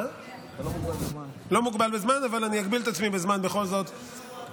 להלן תוצאות ההצבעה: 24 בעד,